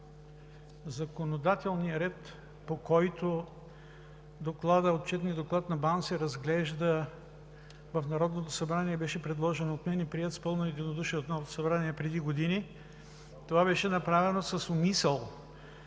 Законодателният ред, по който Отчетният доклад на БАН се разглежда в Народното събрание, беше предложен от мен и приет с пълно единодушие преди години от Народното събрание. Това беше направено с умисъл,